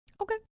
Okay